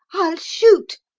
i'll shoot!